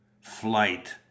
Flight